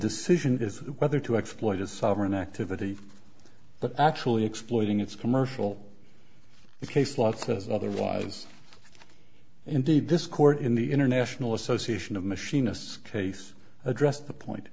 decision is whether to exploit a sovereign activity but actually exploiting its commercial case lot says otherwise indeed this court in the international association of machinists case addressed the point